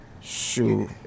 Shoot